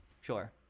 Sure